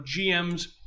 GMs